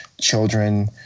children